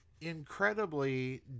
incredibly